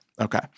Okay